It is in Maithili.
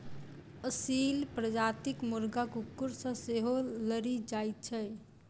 असील प्रजातिक मुर्गा कुकुर सॅ सेहो लड़ि जाइत छै